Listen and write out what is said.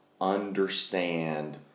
understand